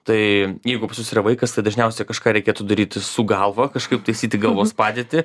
tai jeigu susera vaikas tai dažniausia kažką reikėtų daryti su galva kažkaip taisyti galvos padėtį